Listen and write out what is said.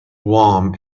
warm